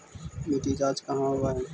मिट्टी जाँच कहाँ होव है?